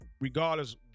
regardless